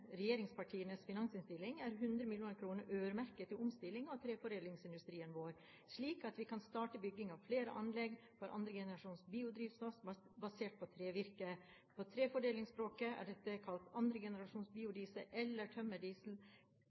regjeringspartienes finansinnstilling er 100 mill. kr øremerket til omstilling av treforedlingsindustrien vår, slik at vi kan starte bygging av flere anlegg for 2. generasjons biodrivstoff basert på trevirke. På treforedlingsspråket er dette kalt 2. generasjons biodiesel eller